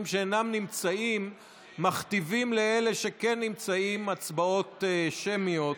שאינם נמצאים מכתיבים לאלה שכן נמצאים הצבעות שמיות.